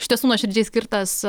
iš tiesų nuoširdžiai skirtas